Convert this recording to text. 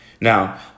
Now